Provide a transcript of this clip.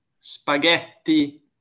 spaghetti